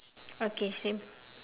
okay same